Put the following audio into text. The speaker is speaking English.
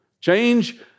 Change